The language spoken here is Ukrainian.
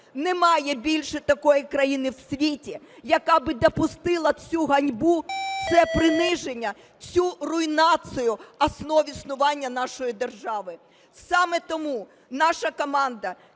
Немає більше такої країни в світі, яка би допустила цю ганьбу, це приниження, цю руйнацію основ існування нашої держави. Саме тому наша команда